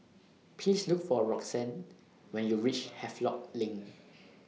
Please Look For Roxane when YOU REACH Havelock LINK